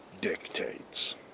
dictates